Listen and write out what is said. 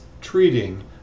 treating